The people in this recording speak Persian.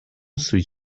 سویت